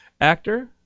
actor